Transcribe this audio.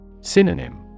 Synonym